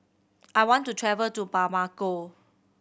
I want to travel to Bamako